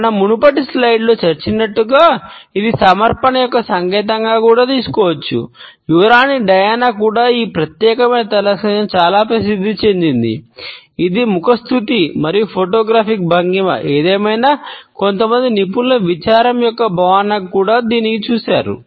మనం మునుపటి స్లైడ్లో దీనిని చూశారు